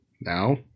now